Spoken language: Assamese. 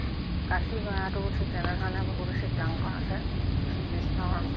কাশী গয়াতো ঠিক তেনেধৰণৰ বহুতো চিত্ৰাংকন আছে শ্ৰীকৃষ্ণৰ